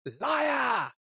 Liar